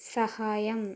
സഹായം